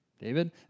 David